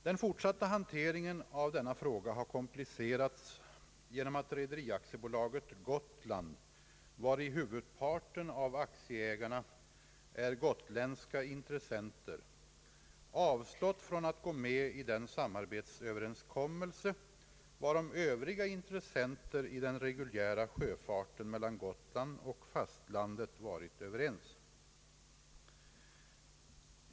Den fortsatta hanteringen av denna fråga har komplicerats genom att Rederi AB Gotland, vari huvudparten av aktieägarna är gotländska intressenter, avstått från att gå med i den samarbetsöverenskommelse varom övriga intressenter i den reguljära sjöfarten mellan Gotland och fastlandet varit överens.